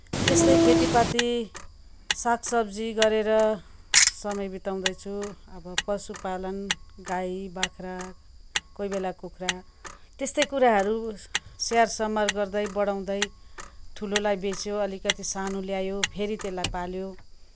यस्तै खेतिपाती सागसब्जी गरेर समय बिताउँदैछु अब पशुपालन गाई बाख्रा कोही बेला कुखुरा त्यस्तै कुराहरू स्याहार समार गर्दै बढाउँदै ठुलोलाई बेच्यो अलिकति सानो ल्यायो फेरि त्यसलाई पाल्यो